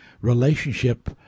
relationship